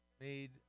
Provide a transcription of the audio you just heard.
made